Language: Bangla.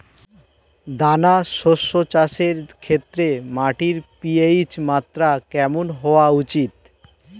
দানা শস্য চাষের ক্ষেত্রে মাটির পি.এইচ মাত্রা কেমন হওয়া উচিৎ?